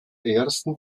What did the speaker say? ersten